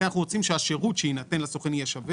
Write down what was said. אנחנו רוצים שהשירות שיינתן לסוכן יהיה שווה